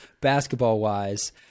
basketball-wise